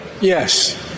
Yes